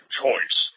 choice